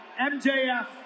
MJF